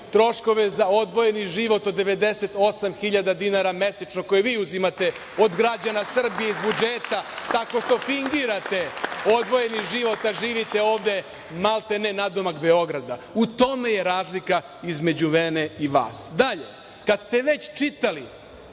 troškove za odvojeni život od 98.000 dinara mesečno, koje vi uzimate od građana Srbije, iz budžeta, tako što fingirate odvojeni život, a živite ovde maltene nadomak Beograda. U tome je razlika između mene i vas. Dalje, kad ste već čitali